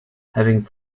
having